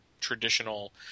traditional